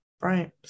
right